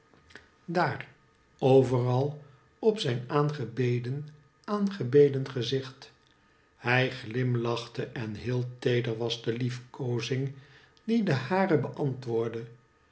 daar overal op zijn aangebeden aangebeden gezicht hij ghmlachte en heel teeder was de liefkoozing die de hare beantwoordde